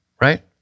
right